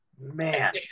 Man